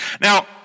Now